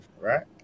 right